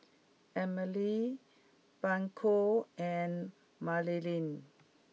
Emelie Blanca and Marilyn